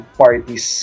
parties